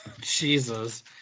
jesus